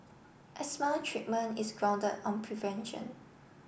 asthma treatment is grounded on prevention